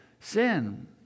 sin